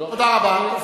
תודה רבה.